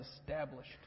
established